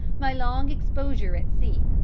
my long exposure at sea,